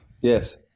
Yes